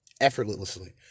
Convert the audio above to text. effortlessly